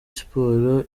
siporo